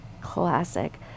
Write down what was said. classic